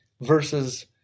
versus